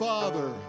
Father